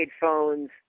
phones